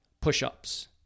push-ups